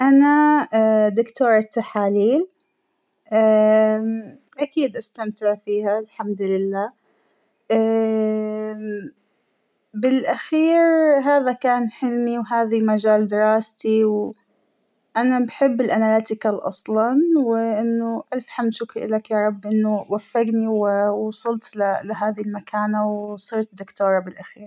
أنا اا- دكتورة تحاليل ااام -، أكيد أستمتع فيها الحمد لله، بالأخير هذا كان حلمى وهذى مجال دراستى ووا- ، أنا بحب الاننتيكال اصلاً ، وإنه الف حمد وشكر إلك يارب إنه وفقنى ووصلت لهذى المكانة ، وصرت دكتورة بالأخير.